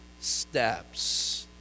steps